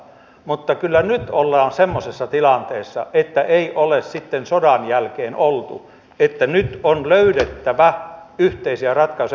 mutta kyllä nyt ollaan semmoisessa tilanteessa että ei ole sitten sodan jälkeen oltu että nyt on löydettävä yhteisiä ratkaisuja